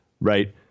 Right